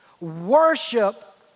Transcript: Worship